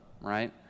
right